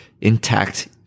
intact